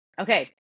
Okay